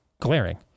glaring